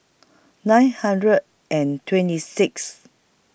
nine hundred and twenty Sixth